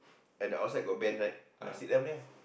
at the outside got bench right ah sit down there ah